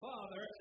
Father